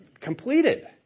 completed